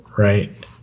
Right